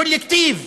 קולקטיב.